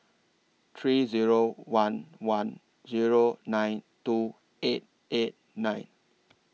three Zero one one Zero nine two eight eight nine